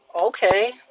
Okay